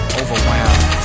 overwhelmed